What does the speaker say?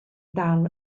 dal